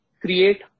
create